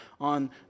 on